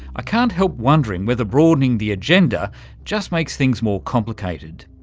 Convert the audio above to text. ah can't help wondering whether broadening the agenda just makes things more complicated.